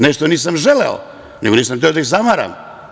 Ne što nisam želeo, nego nisam hteo da ih zamaram.